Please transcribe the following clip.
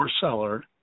seller